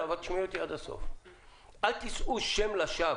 --- אל תישאו שם לשווא.